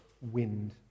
wind